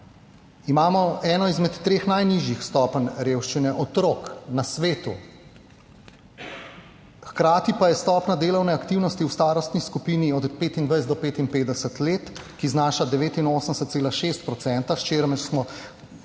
Imamo eno izmed treh najnižjih stopenj revščine otrok na svetu. Hkrati pa je stopnja delovne aktivnosti v starostni skupini od 25 do 55 let, ki znaša 89,6 %, s čimer smo